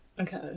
Okay